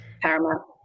paramount